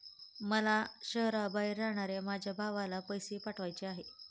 मला शहराबाहेर राहणाऱ्या माझ्या भावाला पैसे पाठवायचे आहेत